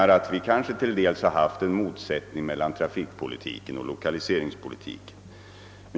Vi skulle få en motsättning mellan trafikpolitik och lokaliseringspolitik.